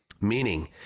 meaning